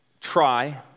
try